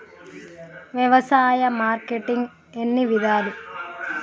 వ్యవసాయ మార్కెటింగ్ ఎన్ని విధాలు?